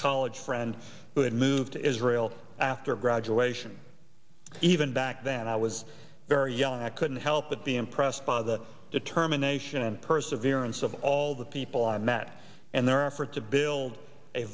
college friend who had moved to israel after graduation even back then i was very young i couldn't help but be impressed by the determination and perseverance of all the people i met and their effort to build a